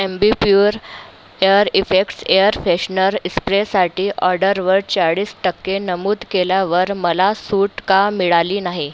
Ambi Pur air effects air freshener इस्प्रेसाठी ऑर्डरवर चाळीस टक्के नमूद केल्यावर मला सूट का मिळाली नाही